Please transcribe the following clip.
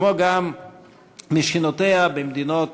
כמו גם משכנותיה בחבר המדינות,